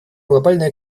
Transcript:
глобальная